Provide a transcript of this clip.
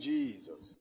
Jesus